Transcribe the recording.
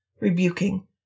rebuking